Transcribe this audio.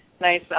nice